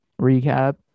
recap